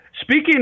Speaking